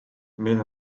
meil